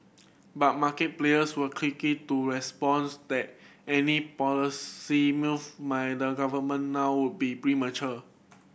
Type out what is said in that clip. but market players were quickly to response that any policy move might the government now would be premature